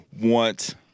want